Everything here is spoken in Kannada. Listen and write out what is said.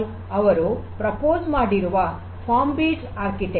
al ಅವರು ಪ್ರಸ್ತಾಪ ಮಾಡಿರುವ ಫಾರ್ಮ್ ಬೀಟ್ಸ್ ವಾಸ್ತುಶಿಲ್ಪ